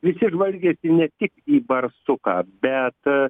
visi žvalgėsi ne tik į barsuką bet